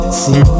see